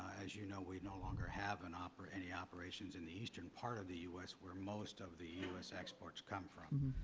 as you know, we no longer have and ah any operations in the eastern part of the u s. where most of the u s. exports come from.